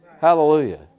Hallelujah